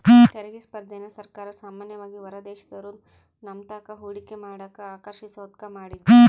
ತೆರಿಗೆ ಸ್ಪರ್ಧೆನ ಸರ್ಕಾರ ಸಾಮಾನ್ಯವಾಗಿ ಹೊರದೇಶದೋರು ನಮ್ತಾಕ ಹೂಡಿಕೆ ಮಾಡಕ ಆಕರ್ಷಿಸೋದ್ಕ ಮಾಡಿದ್ದು